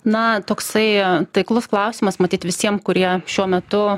na toksai taiklus klausimas matyt visiem kurie šiuo metu